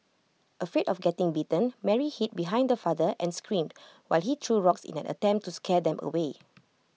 afraid of getting bitten Mary hid behind her father and screamed while he threw rocks in an attempt to scare them away